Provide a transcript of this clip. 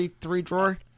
three-drawer